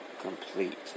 complete